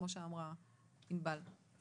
כמו שאמרה ענבל.